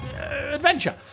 adventure